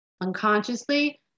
unconsciously